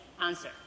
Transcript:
answer